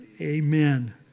Amen